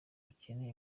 bukene